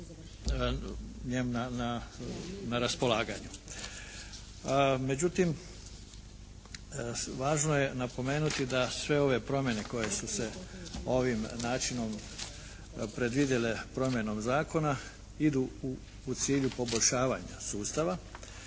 na raspolaganju. Međutim, važno je napomenuti da sve ove promjene koje su se ovim načinom predvidjele promjenom zakona idu u cilju poboljšavanja sutava.